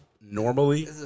normally